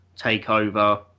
TakeOver